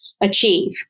achieve